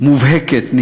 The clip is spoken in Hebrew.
מובהקת,